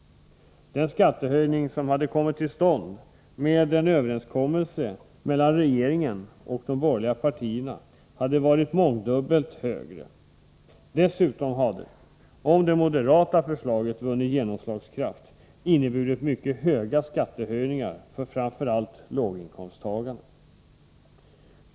Den skattehöjning som hade kommit till stånd genom en överenskommelse mellan regeringen och de borgerliga partierna hade varit mångdubbelt högre. Dessutom hade det, om det moderata förslaget vunnit genomslagskraft, inneburit mycket höga skattehöjningar för framför allt låginkomsttagarna.